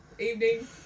Evening